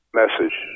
message